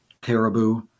caribou